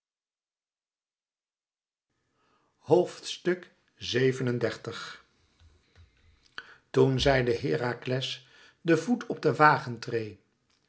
boven xxxvii toen zeide herakles den voet op de wagentreê